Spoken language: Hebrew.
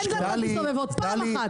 אני מתכבד לחדש את ישיבת הוועדה לדיון ברביזיה